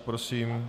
Prosím.